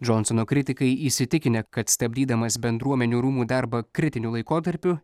džonsono kritikai įsitikinę kad stabdydamas bendruomenių rūmų darbą kritiniu laikotarpiu